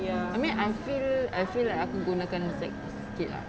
I mean I feel I feel like aku gunakan sex sikit lah